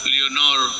Leonor